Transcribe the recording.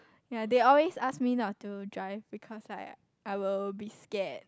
ya they always ask me not to drive because I I will be scared